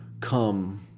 come